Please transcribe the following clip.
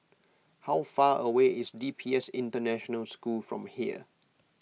how far away is D P S International School from here